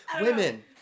Women